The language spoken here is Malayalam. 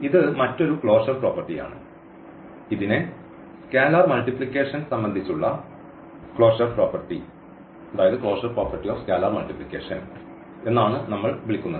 ഇത് മറ്റൊരു ക്ലോഷർ പ്രോപ്പർട്ടിയാണ് ഇതിനെ സ്കേലാർ മൾട്ടിപ്ലിക്കേഷൻ സംബന്ധിച്ച് ഉള്ള closure property of scalar multiplication എന്നാണ് നമ്മൾ വിളിക്കുന്നത്